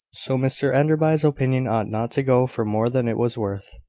so mr enderby's opinion ought not to go for more than it was worth.